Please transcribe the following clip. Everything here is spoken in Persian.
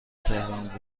تهران